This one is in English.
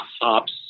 hops